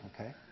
okay